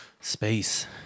Space